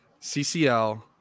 CCL